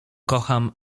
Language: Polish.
kocham